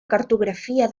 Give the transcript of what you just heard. cartografia